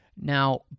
Now